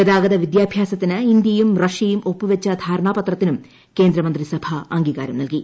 ഗതാഗത വിദ്യാഭ്യാസത്തിന് ഇന്ത്യയും റഷ്യയും ഒപ്പു വച്ച ധാരണാപത്രത്തിനും കേന്ദ്രമന്ത്രിസഭ അംഗീകാരം നല്കി